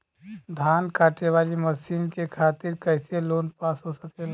धान कांटेवाली मशीन के खातीर कैसे लोन पास हो सकेला?